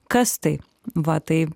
kas tai va tai